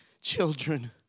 children